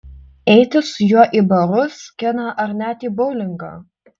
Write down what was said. eiti su juo į barus kiną arba net į boulingą